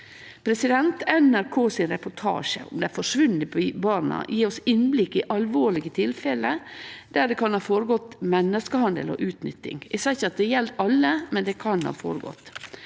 barnevernet. NRK-reportasjen om dei forsvunne barna gjev oss innblikk i alvorlege tilfelle der det kan ha føregått menneskehandel og utnytting. Eg seier ikkje at det gjeld alle, men det kan ha føregått.